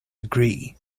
agree